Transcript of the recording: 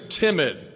timid